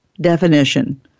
definition